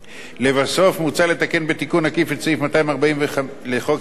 מוצע לתקן בתיקון עקיף את סעיף 240 לחוק סדר הדין הפלילי ,